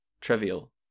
trivial